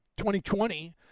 2020